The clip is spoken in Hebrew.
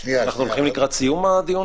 "תיקון סעיף 10 2. אחרי סעיף 10(א)(5)